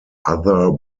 other